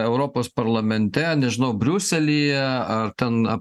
europos parlamente nežinau briuselyje ar ten